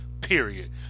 period